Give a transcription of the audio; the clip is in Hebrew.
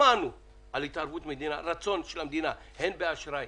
שמענו על רצון להתערבות של המדינה הן באשראי,